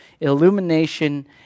illumination